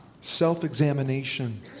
Self-examination